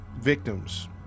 victims